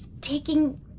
taking